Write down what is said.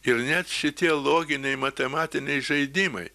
ir net šitie loginiai matematiniai žaidimai